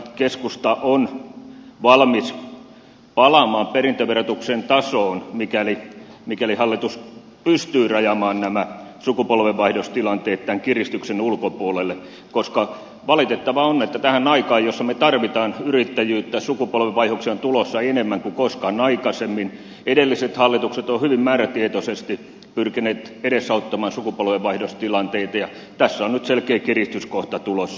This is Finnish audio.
keskusta on valmis palaamaan perintöverotuksen tasoon mikäli hallitus pystyy rajaamaan nämä sukupolvenvaihdostilanteet tämän kiristyksen ulkopuolelle koska valitettavaa on että tähän aikaan jossa me tarvitsemme yrittäjyyttä sukupolvenvaihdoksia on tulossa enemmän kuin koskaan aikaisemmin edelliset hallitukset ovat hyvin määrätietoisesti pyrkineet edesauttamaan sukupolvenvaihdostilanteita niin tässä on nyt selkeä kiristyskohta tulossa